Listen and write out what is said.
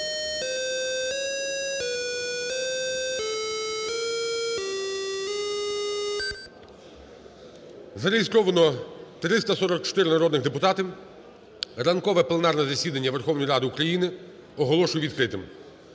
Зареєстровано 344 народних депутати. Ранкове пленарне засідання Верховної Ради України оголошую відкритим.